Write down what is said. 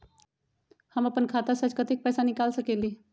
हम अपन खाता से आज कतेक पैसा निकाल सकेली?